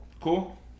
cool